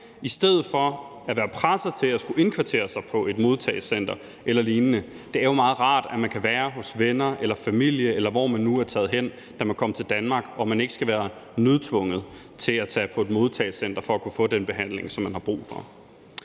i stedet for at være presset til at skulle indkvarteres på et modtagecenter eller lignende. Det er jo meget rart, at man kan være hos venner eller familie, eller hvor man nu er taget hen, da man kom til Danmark, og at man ikke nødtvunget skal tage på et modtagecenter for at kunne få den behandling, som man har brug for.